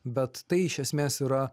bet tai iš esmės yra